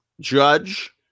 Judge